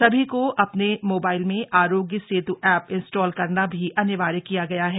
सभी को अपने मोबाइल में आरोग्य सेत् एप इंस्टॉल करना भी अनिवार्य किया गया है